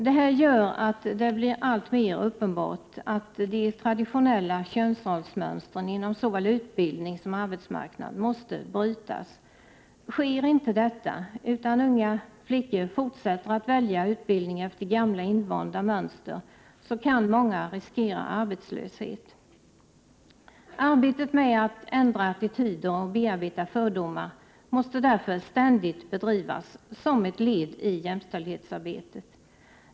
Detta gör att det blir alltmer uppenbart att de traditionella könsrollsmönstren inom såväl utbildning som arbetsmarknad måste brytas. Sker inte detta utan fortsätter unga flickor att välja utbildning efter gamla invanda mönster, kan många riskera arbetslöshet. Arbetet med att ändra attityder och bearbeta fördomar måste därför ständigt bedrivas som ett led i jämställdhetsarbetet.